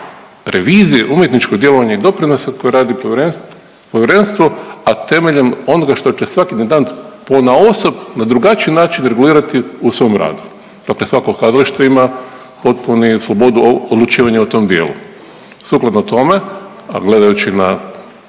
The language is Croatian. revizije umjetničkog djelovanja i doprinosa koje radi povjerenstvo, a temeljem onoga što će svaki intendant ponaosob na drugačiji način regulirati u svom radu. Dakle svako kazalište ima potpuni slobodu odlučivanja u tom dijelu. Sukladno tome, a gledajući na